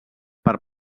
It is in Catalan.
per